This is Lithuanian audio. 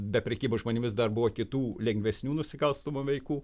be prekybos žmonėmis dar buvo kitų lengvesnių nusikalstamų veikų